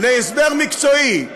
להסבר מקצועי.